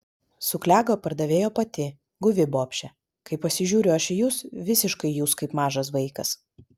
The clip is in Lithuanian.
suklego pardavėjo pati guvi bobšė kai pasižiūriu aš į jus visiškai jūs kaip mažas vaikas